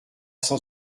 cent